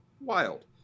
wild